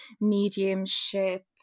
mediumship